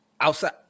outside –